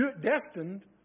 destined